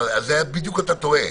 אתה טועה.